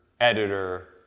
editor